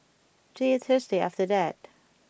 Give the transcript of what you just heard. there Thursday after that